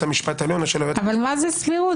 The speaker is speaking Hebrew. המשפט העליון מאשר בידיהם- -- מה זה סבירות?